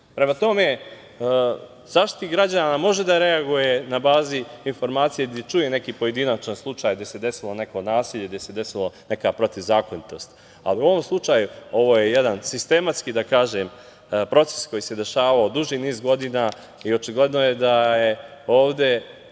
tome, Zaštitnik građana može da reaguje na bazi informacija i čuje neki pojedinačan slučaj gde se desilo neko nasilje, gde se desila neka protivzakonitost, ali u ovom slučaju ovo je jedan sistematski, da kažem, proces koji se dešavao duži niz godina i očigledno je da je ovde